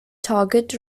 target